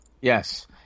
Yes